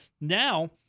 Now